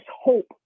hope